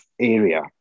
area